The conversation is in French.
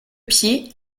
pied